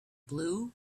blue